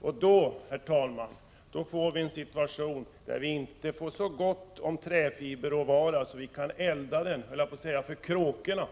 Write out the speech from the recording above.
Och då, herr talman, får vi en situation där vi inte har så gott om träfiberråvara att vi, höll jag på att säga, kan elda den för kråkorna.